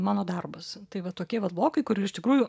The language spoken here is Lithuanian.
mano darbas tai vat tokie vat blokai kur iš tikrųjų